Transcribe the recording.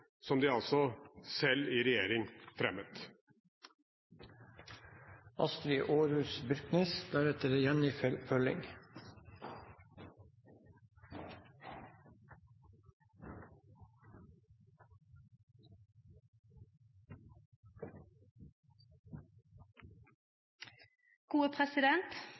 som de altså i regjering